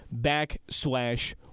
backslash